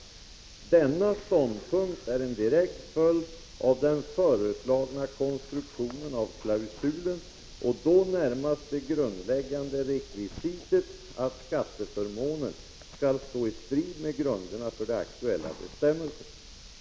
Denna ståndpunkt är en direkt följd av den föreslagna konstruktionen av klausulen och då närmast det grundläggande rekvisitet att skatteförmånen skall stå i strid med grunderna för de aktuella bestämmelserna.